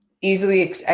Easily